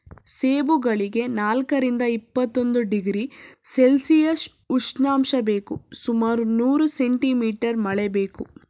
ಸೇಬು ಬೆಳೆಗೆ ನಾಲ್ಕರಿಂದ ಇಪ್ಪತ್ತೊಂದು ಡಿಗ್ರಿ ಸೆಲ್ಶಿಯಸ್ ಉಷ್ಣಾಂಶ ಬೇಕು ಸುಮಾರು ನೂರು ಸೆಂಟಿ ಮೀಟರ್ ಮಳೆ ಬೇಕು